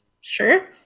Sure